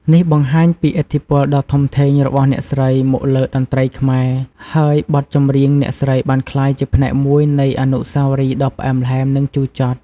នេះបង្ហាញពីឥទ្ធិពលដ៏ធំធេងរបស់អ្នកស្រីមកលើតន្ត្រីខ្មែរ ហើយបទចម្រៀងអ្នកស្រីបានក្លាយជាផ្នែកមួយនៃអនុស្សាវរីយ៍ដ៏ផ្អែមល្ហែម និងជូរចត់។